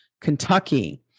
Kentucky